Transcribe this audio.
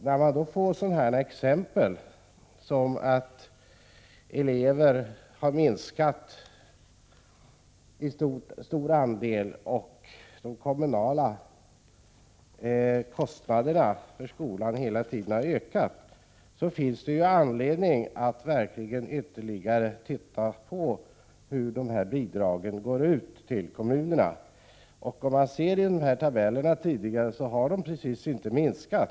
När man finner att antalet elever minskat betydligt men att kommunernas kostnader för skolan hela tiden ökat, finns det anledning att undersöka vilka bidrag som gått till kommunerna. Tabellerna visar att bidragen inte precis har minskat.